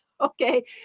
Okay